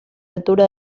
altura